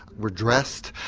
we're dressed,